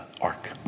arc